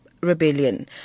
rebellion